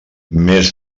més